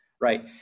right